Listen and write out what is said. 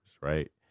right